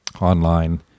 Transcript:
online